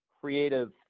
creative